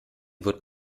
wird